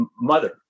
mother